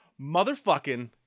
Motherfucking